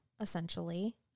essentially